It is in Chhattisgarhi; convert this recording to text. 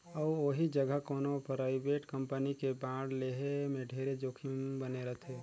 अउ ओही जघा कोनो परइवेट कंपनी के बांड लेहे में ढेरे जोखिम बने रथे